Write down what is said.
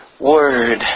word